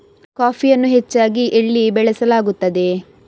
ಕಾಫಿಯನ್ನು ಹೆಚ್ಚಾಗಿ ಎಲ್ಲಿ ಬೆಳಸಲಾಗುತ್ತದೆ?